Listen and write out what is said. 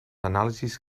anàlisis